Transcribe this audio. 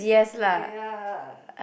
ya